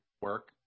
work